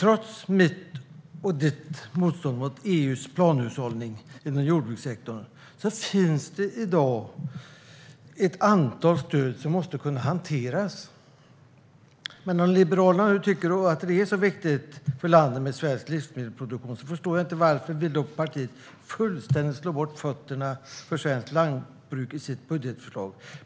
Trots ditt och mitt motstånd mot EU:s planhushållning inom jordbrukssektorn finns det i dag ett antal stöd som måste kunna hanteras. Men om Liberalerna nu tycker att det är så viktigt för landet med svensk livsmedelsproduktion förstår jag inte varför partiet fullständigt vill slå undan fötterna för svenskt lantbruk med sitt budgetförslag.